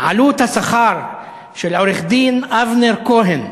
עלות השכר של עורך-דין אבנר כהן,